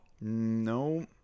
No